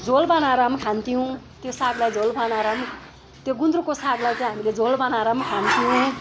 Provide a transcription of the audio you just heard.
झोल बनाएर पनि खान्थ्यौँ त्यो सागलाई झोल बनाएर पनि त्यो गुन्द्रुकको सागलाई चाहिँ हामीले झोल बनाएर पनि खान्थ्यौँ